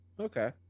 Okay